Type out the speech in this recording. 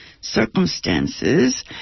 circumstances